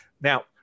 Now